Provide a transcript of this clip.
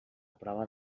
prova